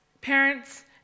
Parents